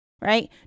right